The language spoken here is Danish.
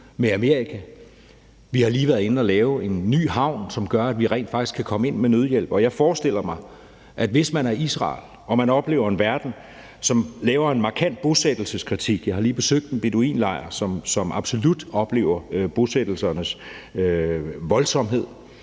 med Amerika. Vi har lige været inde at lave en ny havn, som gør, at vi rent faktisk kan komme ind med nødhjælp, og jeg forestiller mig, hvordan det er, hvis man er Israel og oplever en verden, som laver en markant bosættelseskritik – jeg har lige besøgt en beduinlejr, som absolut oplever bosættelsernes voldsomhed